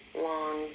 long